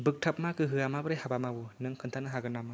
बोग्थाबमा गोहोआ माबोरै हाबा मावो नों खोन्थानो हागोन नामा